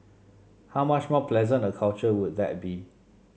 how much more pleasant a culture would that be